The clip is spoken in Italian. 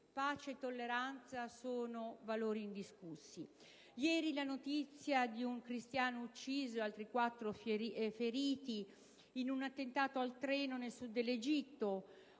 pace e tolleranza sono valori indiscussi. È di ieri la notizia di un cristiano ucciso e di altri quattro feriti in un attentato su un treno, nel Sud dell'Egitto.